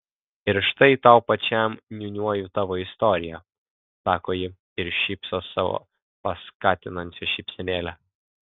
ir štai tau pačiam niūniuoju tavo istoriją sako ji ir šypsos savo paskatinančia šypsenėle